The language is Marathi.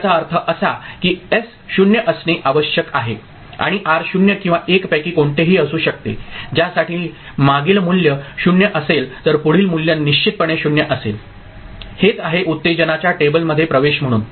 तर याचा अर्थ असा की एस 0 असणे आवश्यक आहे आणि आर 0 किंवा 1 पैकी कोणतेही असू शकते ज्यासाठी मागील मूल्य 0 असेल तर पुढील मूल्य निश्चितपणे 0 असेल ठीक हेच आहे उत्तेजनाच्या टेबलमध्ये प्रवेश म्हणून